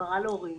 הסברה להורים.